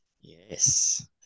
Yes